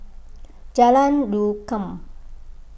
Jalan Rukam